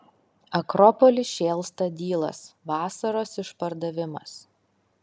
akropoly šėlsta dylas vasaros išpardavimas